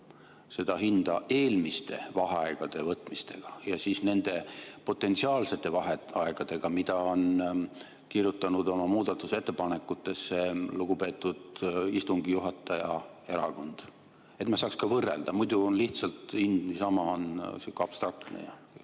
seda hinda eelmiste vaheaegade võtmistega ja nende potentsiaalsete vaheaegadega, mida on kirjutanud oma muudatusettepanekutesse lugupeetud istungi juhataja erakond, et me saaks ka võrrelda? Muidu on lihtsalt hind, niisama on see selline abstraktne.